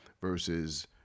versus